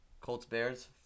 Colts-Bears